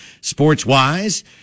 sports-wise